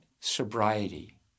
sobriety